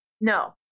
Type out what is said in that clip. No